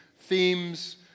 themes